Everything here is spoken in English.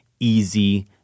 easy